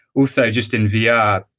also, just in vr, yeah